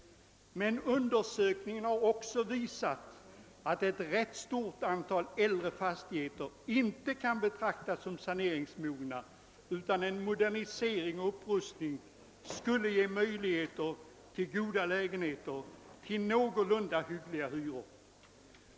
Men undersökningar har också visat att ett rätt stort antal äldre fastigheter inte kan betraktas som saneringsmogna, utan att en modernisering och upprustning skulle ge möjligheter till goda lägenheter till någorlunda hyggliga hyror.